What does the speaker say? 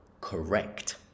correct